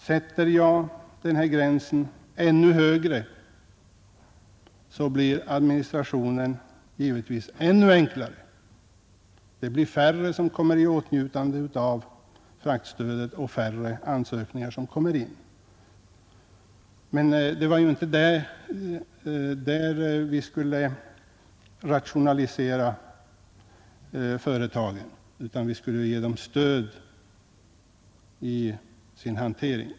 Sätter man gränsen ännu högre blir administrationen givetvis ännu enklare: det blir färre som kommer i åtnjutande av fraktstödet och färre ansökningar som kommer in. Men det var ju inte på det sättet vi skulle nå resultat, utan vi skulle ge företagen stöd i deras hantering.